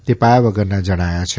તે પાયાવગરના જણાયા છે